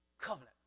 covenant